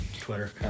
twitter